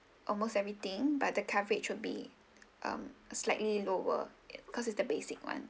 almost everything but the coverage would be um slightly lower because it's the basic one